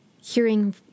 hearing